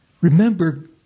Remember